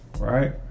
right